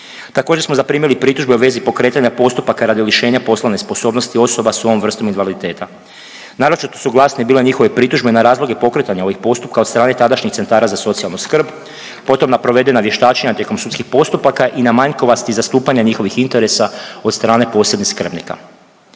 Također smo zaprimili pritužbe u vezi pokretanja postupaka radi lišenja poslovne sposobnosti osoba s ovom vrstom invaliditeta. Naročito su glasne bile njihove pritužbe na razloge pokretanja ovih postupaka od tadašnjih centara za socijalnu skrb, potom na provedena vještačenja tijekom sudskih postupaka i na manjkavosti zastupanja njihovih interesa od strane posebnih skrbnika.